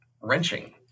wrenching